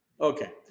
Okay